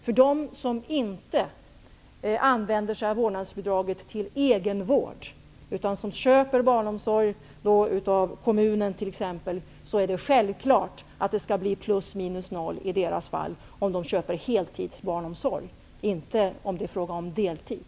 För de familjer som inte använder vårdnadsbidraget till egenvård utan köper heltidsbarnomsorg av t.ex. kommunen skall resultatet självklart bli plus minus noll, dock inte om det är fråga om deltid.